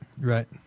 Right